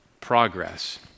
progress